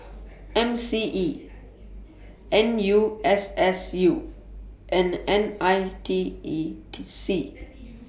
M C E N U S S U and N I T E C